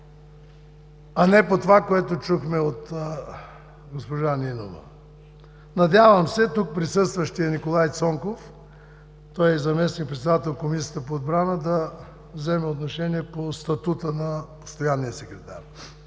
а не по това, което чухме от госпожа Нинова. Надявам се тук присъстващият Николай Цонков, той е и заместник-председател на Комисията по отбрана, да вземе отношение по статута на постоянния секретар.